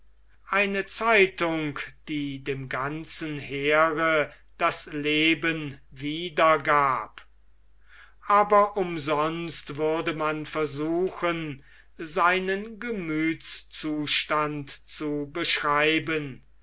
eine zeitung die dem ganzen heere das leben wieder gab aber umsonst würde man versuchen seinen gemüthszustand zu beschreiben